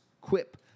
Quip